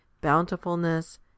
bountifulness